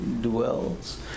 dwells